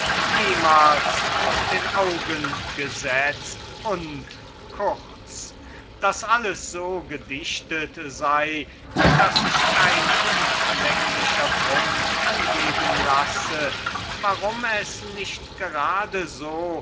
niemal aus den augen gesetzt und also alles so gedichtet sei daß kein hinlänglicher grund angegeben werden könne warum es nicht eben so